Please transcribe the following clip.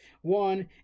One